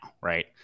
right